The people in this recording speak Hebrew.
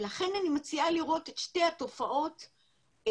לכן אני מציעה לראות את שתי התופעות לחוד,